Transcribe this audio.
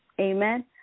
amen